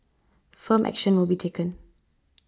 firm action will be taken